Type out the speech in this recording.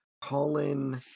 Colin